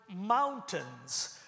mountains